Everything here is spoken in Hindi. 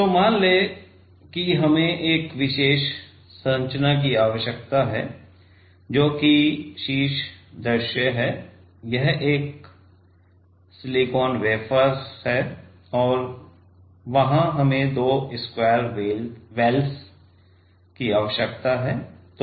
तो मान लें कि हमें एक विशेष संरचना की आवश्यकता है जो कि शीर्ष दृश्य है यह एक सिलिकॉन वेफर है और वहां हमें दो स्क्वायर वेलस की आवश्यकता है